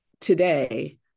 today